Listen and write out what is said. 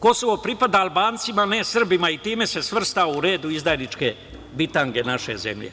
Kosovo pripada Albancima, a ne Srbima." Time se svrstao u red izdajničke bitange naše zemlje.